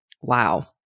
Wow